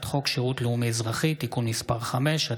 הצעת חוק שירות לאומי-אזרחי (תיקון מס' 5),